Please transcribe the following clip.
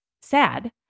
sad